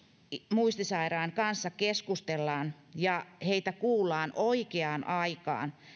muistisairaan kanssa keskustellaan ja häntä kuullaan oikeaan aikaan